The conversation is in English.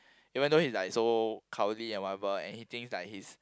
even though he is like so cowardly and whatever and he thinks like he's